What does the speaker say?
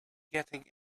getting